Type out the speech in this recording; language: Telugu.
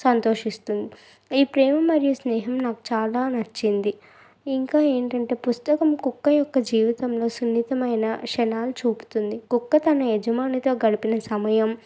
సంతోషిస్తుంది ఈ ప్రేమ మరియు స్నేహం నాకు చాలా నచ్చింది ఇంకా ఏంటంటే పుస్తకం కుక్క యొక్క జీవితంలో సున్నితమైన క్షణాలు చూపుతుంది కుక్క తన యజమానితో గడిపిన సమయం